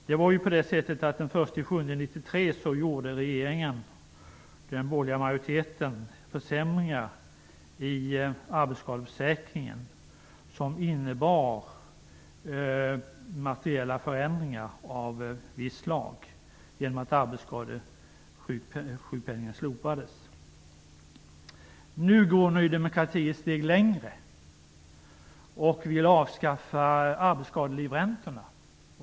Den 1 juli 1993 försämrade regeringen och den borgerliga majoriteten arbetsskadeförsäkringen. Det innebar materiella förändringar av visst slag genom att arbetsskadesjukpenningen slopades. Nu går Ny demokrati ett steg längre och vill avskaffa arbetsskadelivräntorna.